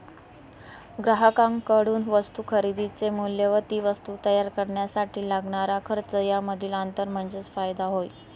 ग्राहकांकडून वस्तू खरेदीचे मूल्य व ती वस्तू तयार करण्यासाठी लागणारा खर्च यामधील अंतर म्हणजे फायदा होय